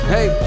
Hey